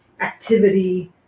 activity